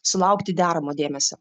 sulaukti deramo dėmesio